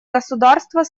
государства